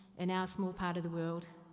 in our small part of the world,